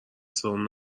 سرم